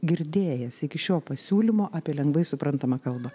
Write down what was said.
girdėjęs iki šio pasiūlymo apie lengvai suprantamą kalbą